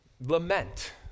lament